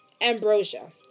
ambrosia